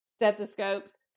stethoscopes